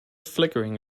flickering